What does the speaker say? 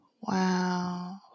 Wow